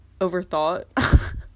overthought